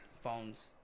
phones